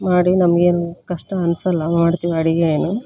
ಮಾಡಿ ನಮ್ಗೇನೂ ಕಷ್ಟ ಅನಿಸಲ್ಲ ಮಾಡ್ತೀವಿ ಅಡುಗೇನು